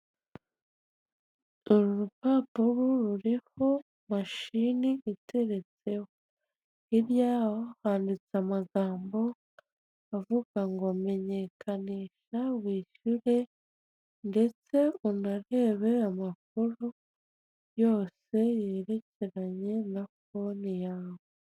Uru rupapuro ruriho mashini iteretseho, hirya y'aho handitse amagambo avuga ngo "menyekanisha wishyure ndetse unarebe amakuru yose yerekeranye na fone yawe".